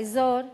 באזור,